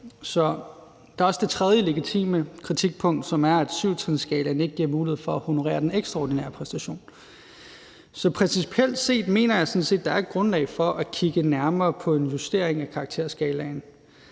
Der er også det tredje legitime kritikpunkt, altså at syvtrinsskalaen ikke giver mulighed for at honorere den ekstraordinære præstation. Så principielt mener jeg sådan set, at der er grundlag for at kigge nærmere på en justering af karakterskalaen.